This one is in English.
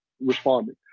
responding